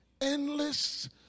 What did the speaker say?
Endless